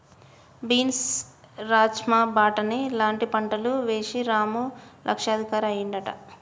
beans rajma బాటని లాంటి పంటలు వేశి రాము లక్షాధికారి అయ్యిండట